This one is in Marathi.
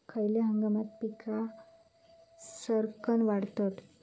खयल्या हंगामात पीका सरक्कान वाढतत?